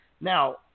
Now